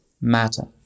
matter